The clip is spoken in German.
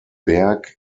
berg